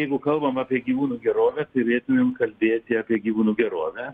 jeigu kalbam apie gyvūnų gerovę turėtumėm kalbėti apie gyvūnų gerovę